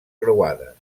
croades